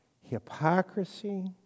hypocrisy